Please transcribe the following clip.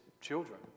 children